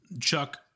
Chuck